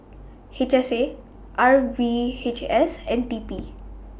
H S A R V H S and T P